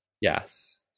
yes